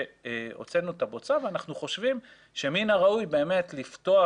שהוצאנו את הבוצה ואנחנו חושבים שמן הראוי באמת לפתוח